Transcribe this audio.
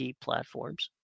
platforms